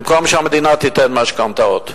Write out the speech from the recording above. במקום שהמדינה תיתן משכנתאות.